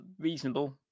Reasonable